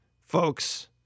folks